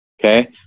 Okay